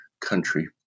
country